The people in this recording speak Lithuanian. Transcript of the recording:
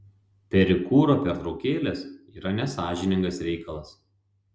perikūro pertraukėlės yra nesąžiningas reikalas